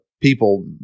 people